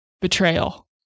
betrayal